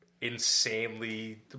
insanely